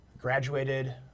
graduated